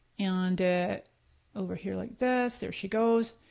and it over here like this, there she goes.